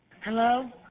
Hello